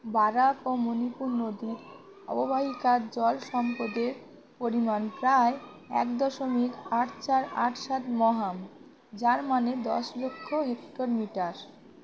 Barack ও মণিপুর নদীর অববাহিকার জল সম্পদের পরিমাণ প্রায় এক দশমিক আট চার আট সাত মহাম যার মানে দশ লক্ষ হেক্টর মিটার